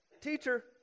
teacher